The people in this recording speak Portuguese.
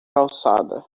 calçada